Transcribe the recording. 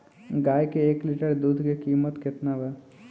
गाय के एक लीटर दुध के कीमत केतना बा?